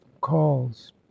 calls